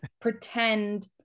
pretend